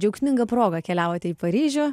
džiaugsminga proga keliavote į paryžių